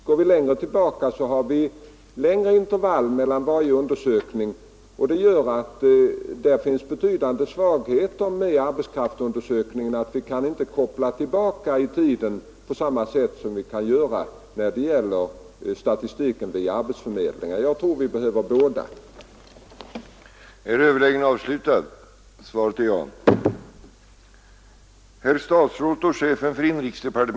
Går vi längre tillbaka är det längre intervall mellan undersökningarna, och det är en betydande svaghet med arbetskraftsundersökningarna att vi därigenom inte kan koppla tillbaka i tiden på samma sätt som vi kan göra när det gäller statistiken via arbetsförmedlingar. Jag tror alltså att vi behöver båda statistikserierna.